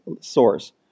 source